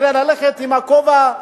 כדי ללכת עם הכובע,